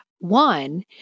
One